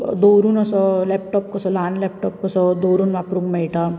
दवरून असो लॅपटोप कसो ल्हान लॅपटोप कसो दवरून वापरूंक मेळटा